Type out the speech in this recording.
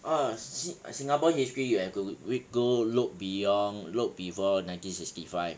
ugh sing~ singapore history you have to rea~ go look beyond look before nineteen sixty five